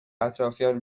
اطرافیان